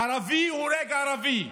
ערבי הורג ערבי,